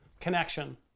connection